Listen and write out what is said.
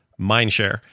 mindshare